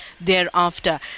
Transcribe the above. thereafter